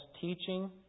teaching